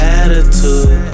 attitude